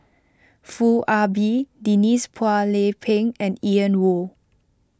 Foo Ah Bee Denise Phua Lay Peng and Ian Woo